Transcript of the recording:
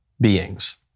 beings